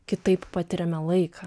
kitaip patiriame laiką